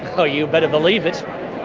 oh you better believe it!